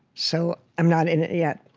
so, i'm not in it yet.